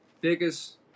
biggest